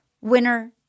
winner –